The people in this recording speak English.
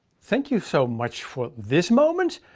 thank you so much for this moment.